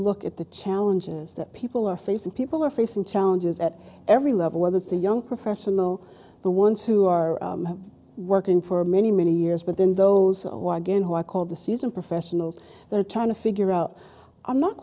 look at the challenges that people are facing people are facing challenges at every level that the young professional the ones who are working for many many years but then those or again who are called the susan professionals they're trying to figure out i'm not